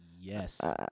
Yes